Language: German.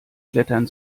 klettern